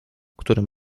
którym